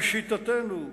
לשיטתנו,